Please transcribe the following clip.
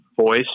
voice